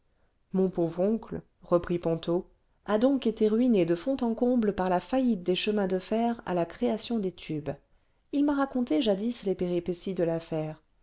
mon pauvre oncle reprit ponto a donc été ruiné de fond en comble par la faillite des chemins de fer à la création des tubes il m'a raconté jadis les péripéties de l'affaire